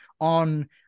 on